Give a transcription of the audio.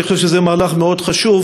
אני חושב שזה מהלך מאוד חשוב,